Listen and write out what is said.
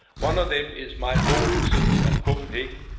one of them is my home city of copenhagen.